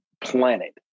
planet